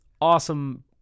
awesome